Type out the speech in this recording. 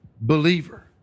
believer